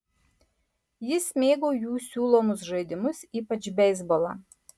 jis mėgo jų siūlomus žaidimus ypač beisbolą